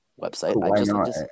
website